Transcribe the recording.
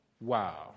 Wow